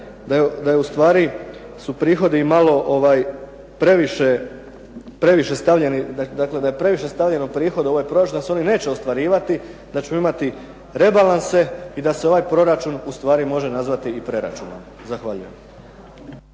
dakle da je previše stavljeno prihoda u ovaj proračun, da se oni neće ostvarivati, da ćemo imati rebalanse i da se ovaj proračun ustvari može nazvati i preračun. Zahvaljujem.